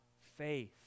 faith